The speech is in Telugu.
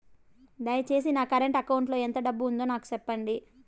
దయచేసి నా కరెంట్ అకౌంట్ లో ఎంత డబ్బు ఉందో నాకు సెప్పండి